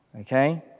okay